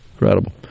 Incredible